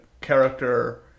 character